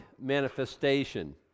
manifestation